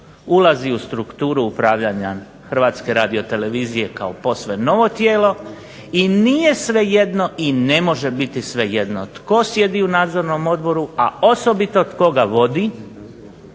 ulazi u strukturu upravljanja Hrvatske radiotelevizije kao posve novo tijelo i nije svejedno i ne može biti svejedno tko sjedi u Nadzornom odboru, a osobito tko ga vodi